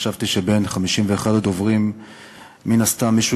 חשבתי שבין 51 הדוברים מן הסתם מישהו